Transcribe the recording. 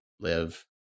live